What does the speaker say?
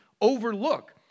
overlook